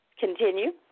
continue